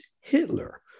Hitler